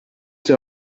der